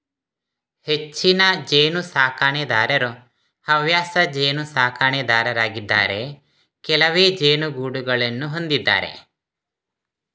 ಹೆಚ್ಚಿನ ಜೇನು ಸಾಕಣೆದಾರರು ಹವ್ಯಾಸ ಜೇನು ಸಾಕಣೆದಾರರಾಗಿದ್ದಾರೆ ಕೆಲವೇ ಜೇನುಗೂಡುಗಳನ್ನು ಹೊಂದಿದ್ದಾರೆ